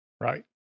Right